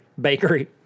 Bakery